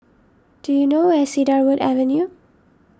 do you know where is Cedarwood Avenue